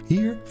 Hier